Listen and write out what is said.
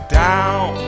down